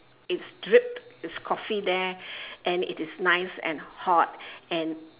it's dripped it's coffee there and it is nice and hot and